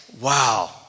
wow